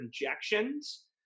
injections